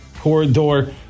Corridor